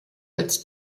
als